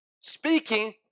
speaking